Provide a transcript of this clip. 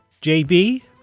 JB